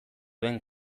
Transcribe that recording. duen